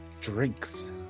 drinks